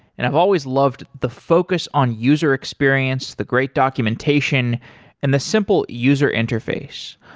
and i've always loved the focus on user experience, the great documentation and the simple user interface.